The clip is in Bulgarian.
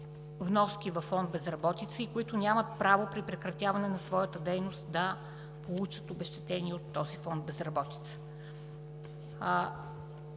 вноски във фонд „Безработица“ и които нямат право при прекратяване на своята дейност да получат обезщетения от този фонд „Безработица“.